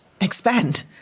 Expand